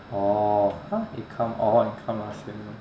oh !huh! income oh income last year